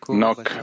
knock